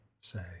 say